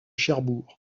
cherbourg